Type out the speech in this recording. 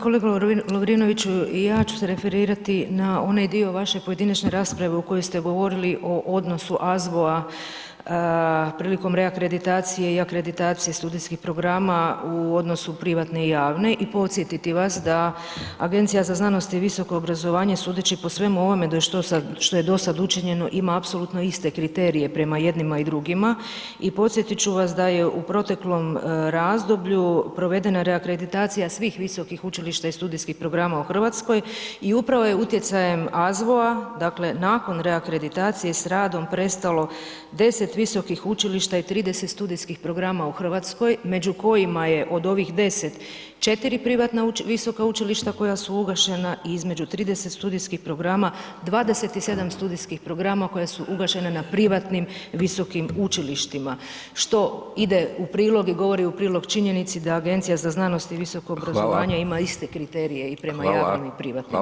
Kolega Lovrinović, i ja ću se referirati na onaj dio vaše pojedinačne rasprave u kojoj ste govorili o odnosu AZGO-a prilikom reakreditacije i akreditacije studentskih programa u odnosu privatne i javne, i podsjetiti vas da Agencija za znanost i visoko obrazovanje, sudeći po svemu ovome što je do sad učinjeno, ima apsolutno iste kriterije prema jednima i drugima, i podsjetit ću vas da je u proteklom razdoblju provedena reakreditacija svih visokih učilišta i studijskih programa u Hrvatskoj, i upravo je utjecajem AZGO-a dakle nakon reakreditacije s radom prestalo deset visokih učilišta i trideset studijskih programa u Hrvatskoj, među kojima je od ovih deset, četiri privatna visoka učilišta koja su ugašena, i između trideset studijskih programa, dvadeset i sedam studijskih programa koja su ugašena na privatnim visokim učilištima, što ide u prilog i govori u prilog činjenici da Agencija za znanost i visoko obrazovanje ima iste kriterije i prema i javnim i privatnim.